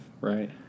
right